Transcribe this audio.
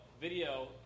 video